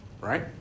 right